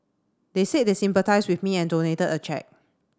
they said they sympathised with me and donated a cheque